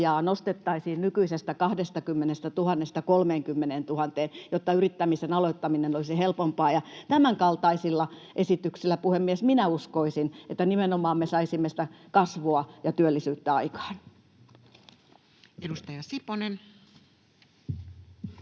nostettaisiin nykyisestä 20 000:sta 30 000:een, jotta yrittämisen aloittaminen olisi helpompaa. Tämänkaltaisilla esityksillä, puhemies, minä uskoisin, että me saisimme nimenomaan sitä kasvua ja työllisyyttä aikaan. [Speech